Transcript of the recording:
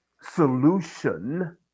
solution